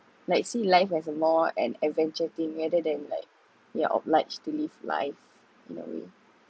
like see life as a more an adventure thing rather than like you're obliged to live life in a way